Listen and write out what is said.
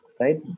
right